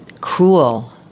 cruel